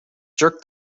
jerk